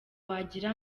wagira